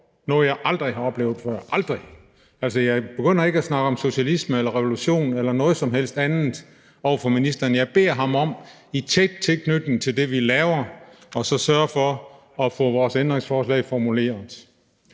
noget, jeg aldrig har oplevet før – aldrig. Altså, jeg begynder ikke at snakke om socialisme, revolution eller noget som helst andet over for ministeren; jeg beder ham om i tæt tilknytning til det, vi laver, at sørge for at få vores ændringsforslag formuleret.